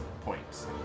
points